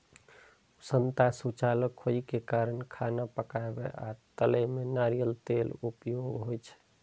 उष्णता सुचालक होइ के कारण खाना पकाबै आ तलै मे नारियल तेलक उपयोग होइ छै